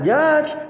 Judge